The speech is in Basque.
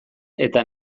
eta